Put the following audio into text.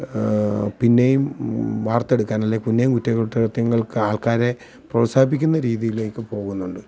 പിന്നെയും വാർത്തെടുക്കാൻ അല്ലെങ്കിൽ പിന്നെയും കുറ്റകൃത്യങ്ങൾക്കൾക്ക് ആൾക്കാരെ പ്രോത്സാഹിപ്പിക്കുന്ന രീതിയിലേക്ക് പോകുന്നുണ്ട്